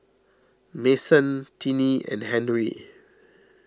Mason Tinie and Henri